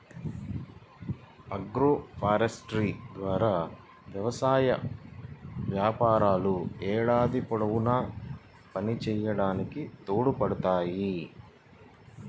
agroforestry ద్వారా వ్యవసాయ వ్యాపారాలు ఏడాది పొడవునా పనిచేయడానికి తోడ్పడతాయి